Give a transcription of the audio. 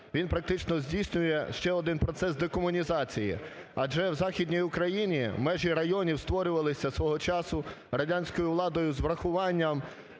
Він практично здійснює ще один процес декомунізації. Адже в Західній Україні межі районів створювалися свого часу радянською владою з врахуванням